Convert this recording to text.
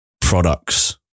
products